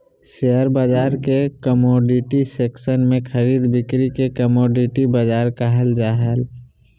share बाजार के commodity section में खरीद बिक्री के कमोडिटी बाजार कहल जा हइ